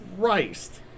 Christ